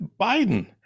Biden